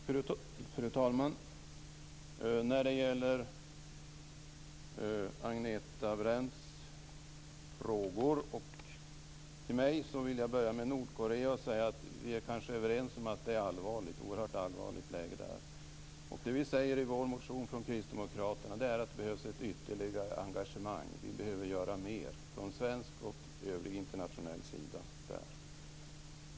Fru talman! När det gäller Agneta Brendts kommentarer till mitt anförande vill jag börja med Nordkorea och säga att vi kanske är överens om att läget där är oerhört allvarligt. Det vi säger i vår motion från kristdemokraterna är att det behövs ett ytterligare engagemang och att vi behöver göra mer från svensk och internationell sida där.